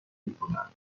میکند